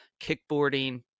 kickboarding